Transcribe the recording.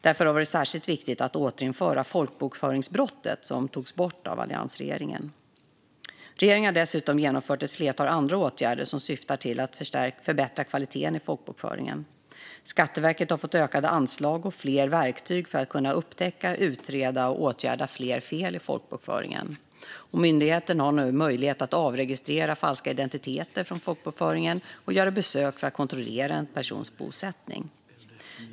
Därför har det varit särskilt viktigt att återinföra folkbokföringsbrottet, som togs bort av alliansregeringen. Regeringen har dessutom genomfört ett flertal andra åtgärder som syftar till att förbättra kvaliteten i folkbokföringen. Skatteverket har fått ökat anslag och fler verktyg för att kunna upptäcka, utreda och åtgärda fler fel i folkbokföringen. Myndigheten har nu möjlighet att avregistrera falska identiteter från folkbokföringen och göra besök för att kontrollera en persons bosättning.